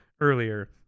earlier